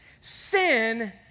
sin